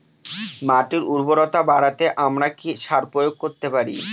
মাটির উর্বরতা বাড়াতে আমরা কি সার প্রয়োগ করতে পারি?